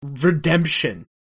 redemption